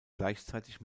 gleichzeitig